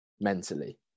mentally